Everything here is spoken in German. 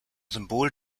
symbol